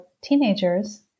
teenagers